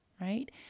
right